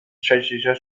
tschechischer